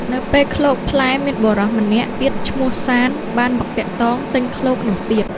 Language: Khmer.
នៅពេលឃ្លោកផ្លែ មានបុរសម្នាក់ទៀតឈ្មោះ សាន្ត បានមកទាក់ទងទិញឃ្លោកនោះទៀត។